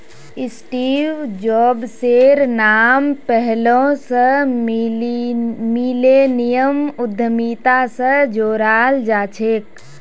Steve जॉब्सेर नाम पैहलौं स मिलेनियम उद्यमिता स जोड़ाल जाछेक